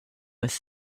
with